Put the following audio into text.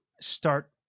start